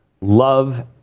Love